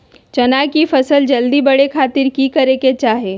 चना की फसल जल्दी बड़े खातिर की करे के चाही?